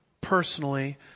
Personally